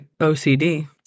OCD